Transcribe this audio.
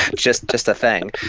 just just a thing,